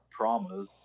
traumas